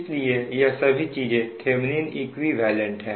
इसलिए यह सभी चीजें थेभनिन इक्विवेलेंट है